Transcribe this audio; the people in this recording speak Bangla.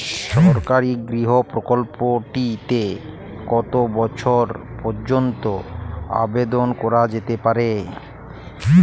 সরকারি গৃহ প্রকল্পটি তে কত বয়স পর্যন্ত আবেদন করা যেতে পারে?